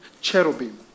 cherubim